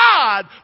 God